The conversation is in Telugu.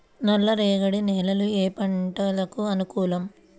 నల్లరేగడి నేలలు ఏ పంటలకు అనుకూలం?